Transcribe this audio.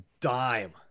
dime